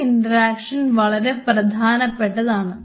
ഈ ഇൻട്രാക്ഷൻ വളരെ പ്രധാനപ്പെട്ടതാണ്